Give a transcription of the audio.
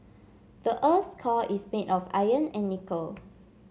the earth's core is made of iron and nickel